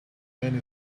man